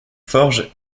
forges